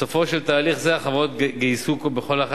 בסופו של תהליך זה החברות גייסו בכל אחד